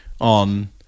on